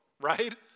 right